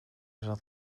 zat